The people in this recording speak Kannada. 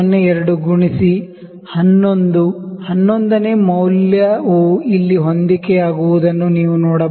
02 ಗುಣಿಸಿ 11 11 ನೇ ಮೌಲ್ಯವು ಇಲ್ಲಿ ಹೊಂದಿಕೆಯಾಗುವುದನ್ನು ನೀವು ನೋಡಬಹುದು